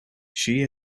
she